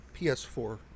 PS4